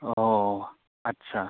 औ औ औ आथसा